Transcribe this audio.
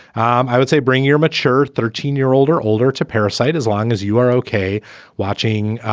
um i would say bring your mature thirteen year old or older to parasyte as long as you are ok watching.